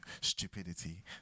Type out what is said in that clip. stupidity